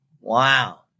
Wow